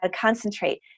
concentrate